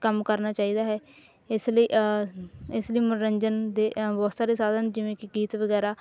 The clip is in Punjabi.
ਕੰਮ ਕਰਨਾ ਚਾਹੀਦਾ ਹੈ ਇਸ ਲਈ ਇਸ ਲਈ ਮਨੋਰੰਜਨ ਦੇ ਬਹੁਤ ਸਾਰੇ ਸਾਧਨ ਜਿਵੇਂ ਕਿ ਗੀਤ ਵਗੈਰਾ